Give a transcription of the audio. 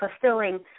fulfilling